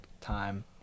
time